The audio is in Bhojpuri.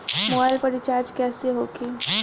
मोबाइल पर रिचार्ज कैसे होखी?